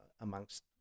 amongst